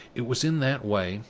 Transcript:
it was in that way,